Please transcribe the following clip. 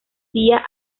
día